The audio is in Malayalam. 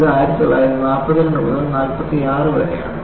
ഇത് 1942 മുതൽ 1946 വരെയാണ്